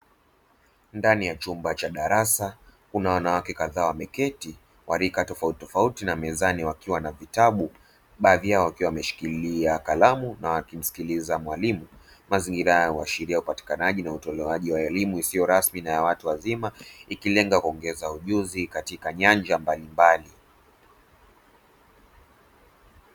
Ndani ya chumba cha darasa, kuna wanawake kadhaa wa rika tofauti tofauti wameketi, mezani wakiwa na vitabu, baadhi yao wakiwa wameshikilia kalamu na wanasikiliza mwalimu; mazingira haya yanaashiria upatikanaji na utolewaji wa elimu isiyo rasmi kwa watu wazima, ikilenga kuongeza ujuzi katika nyanja mbalimbali.